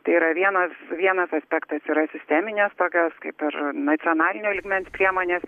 tai yra vienas vienas aspektas yra sisteminės tokios kaip ir nacionalinio lygmens priemonės